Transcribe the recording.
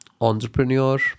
entrepreneur